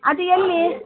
ಅದು ಎಲ್ಲಿ